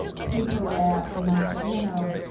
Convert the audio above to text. paper-wrapped and not, you know.